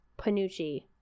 panucci